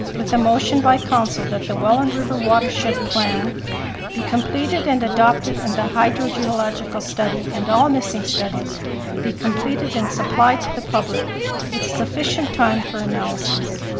with a motion by council that the welland river watershed plan be completed and adapted and the hydrogeological study and all missing studies be completed and supplied to the public with sufficient time for analysis.